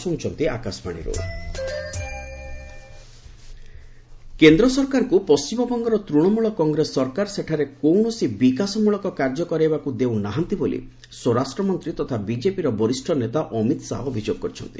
ଶାହା ଓ୍ତେଷ୍ଟ ବେଙ୍ଗଲ୍ କେନ୍ଦ୍ର ସରକାରଙ୍କୁ ପଣ୍ଢିମବଙ୍ଗର ତୂଣମୂଳ କଂଗ୍ରେସ ସରକାର ସେଠାରେ କୌଣସି ବିକାଶମଳକ କାର୍ଯ୍ୟ କରାଇବାକୁ ଦେଉ ନାହାନ୍ତି ବୋଲି ସ୍ୱରାଷ୍ଟ୍ରମନ୍ତ୍ରୀ ତଥା ବିଜେପିର ବରିଷ୍ଣ ନେତା ଅମିତ୍ ଶାହା ଅଭିଯୋଗ କରିଛନ୍ତି